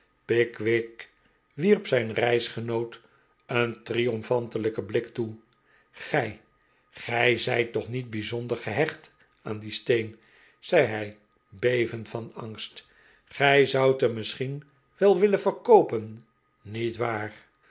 pickwick wierp zijn reisgenoot een triomfantelijken blik toe gij gij zijt toch niet bijzonder gehecht aan dien steen zei hij be vend van angst gij zfoudt hem misschien wel willen verkoopen niet waar